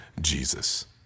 Jesus